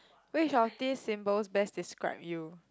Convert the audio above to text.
which of these symbols best describe you